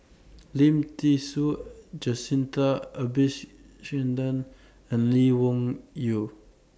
Lim Thean Soo Jacintha and Lee Wung Yew